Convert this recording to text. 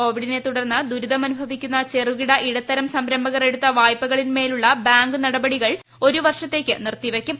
കോവിഡിനെ തുടർന്ന് ദുരിതം അനുഭവിക്കുന്ന ചെറുകിട ഇടത്തരം സംരംഭകർ എടുത്ത വായ്പകളിൻ മേലുള്ള ബാങ്ക് നടപടികൾ ഒരു വർഷത്തേക്ക് നിർത്തി വയ്ക്കും